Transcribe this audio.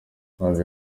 navio